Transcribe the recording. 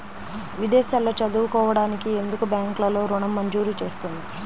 విదేశాల్లో చదువుకోవడానికి ఎందుకు బ్యాంక్లలో ఋణం మంజూరు చేస్తుంది?